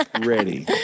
ready